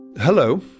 Hello